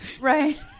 Right